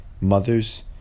mothers